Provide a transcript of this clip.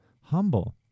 humble